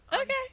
okay